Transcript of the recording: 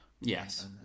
Yes